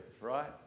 right